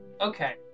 Okay